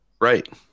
Right